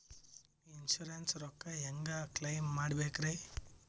Insurance ರೊಕ್ಕ ಹೆಂಗ claim ಮಾಡ್ಬೇಕ್ರಿ?